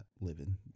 living